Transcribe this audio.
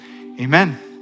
Amen